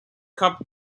cup